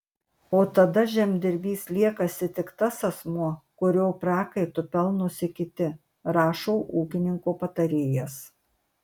o tada žemdirbys liekasi tik tas asmuo kurio prakaitu pelnosi kiti rašo ūkininko patarėjas